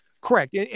Correct